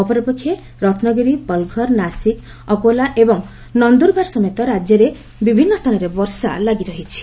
ଅପରପକ୍ଷେ ରତ୍ନଗିରି ପଲଘର ନାସିକ ଅକୋଲା ଏବଂ ନଦୂରବାର ସମେତ ରାଜ୍ୟରେ ବିଭିନ୍ନ ସ୍ଥାନରେ ବର୍ଷା ଲାଗି ରହିଛି